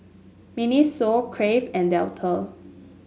Miniso Crave and Dettol